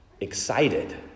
excited